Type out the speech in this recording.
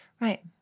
Right